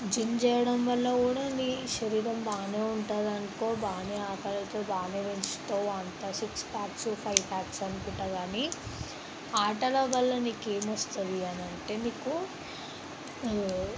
gym చేయడం వల్ల కూడా మీ శరీరం బాగానే ఉంటదనుకో బాగానే ఆకలి అవుతుంది బాగానే ఉంచుకుంటరు అంత సిక్స్ ప్యాక్స్ ఫైవ్ ప్యాక్స్ అంటుంటారు కానీ ఆటల వల్ల మీకు ఏమోస్తుంది అంటే మీకు